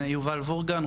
יובל וורגן,